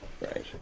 Right